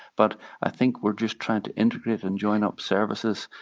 but i think we're just trying to integrate and join up services.